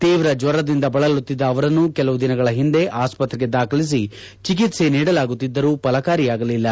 ತೀವ್ರ ಜ್ವರದಿಂದ ಬಳಲುತ್ತಿದ್ದ ಅವರನ್ನು ಕೆಲವು ದಿನಗಳ ಹಿಂದೆ ಆಸ್ಪತ್ರೆಗೆ ದಾಖಲಿಸಿ ಚಿಕಿತ್ತೆ ನೀಡಲಾಗುತ್ತಿದ್ದರು ಫಲಕಾರಿಯಾಗಲಿಲ್ಲ